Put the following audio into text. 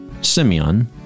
Simeon